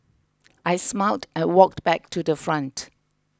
I smiled and walked back to the front